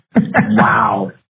Wow